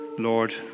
Lord